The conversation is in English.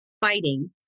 fighting